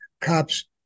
cops